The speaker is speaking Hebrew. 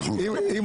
לא